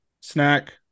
snack